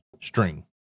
string